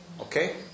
Okay